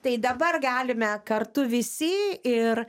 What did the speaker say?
tai dabar galime kartu visi ir